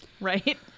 Right